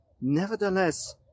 Nevertheless